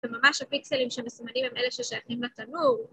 וממש הפיקסלים שהם מסומנים הם אלה ששייכים לתנור.